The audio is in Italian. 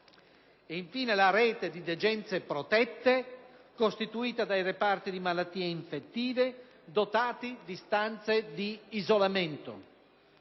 infine, la rete di degenze protette, costituita dai reparti di malattie infettive dotati di stanze di isolamento.